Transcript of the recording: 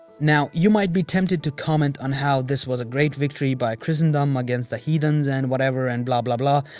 now, you might be tempted to comment on how this was a great victory by christendom against the heathens and whatever and blah blah blah